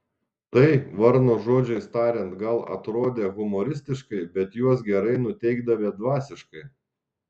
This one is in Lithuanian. tai varno žodžiais tariant gal atrodę humoristiškai bet juos gerai nuteikdavę dvasiškai